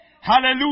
Hallelujah